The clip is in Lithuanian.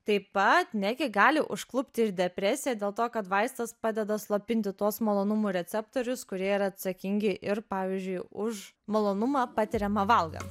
taip pat negi gali užklupti depresija dėl to kad vaistas padeda slopinti tuos malonumų receptorius kurie yra atsakingi ir pavyzdžiui už malonumą patiriamą valgant